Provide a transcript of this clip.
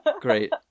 Great